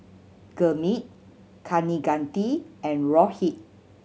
Gurmeet Kaneganti and Rohit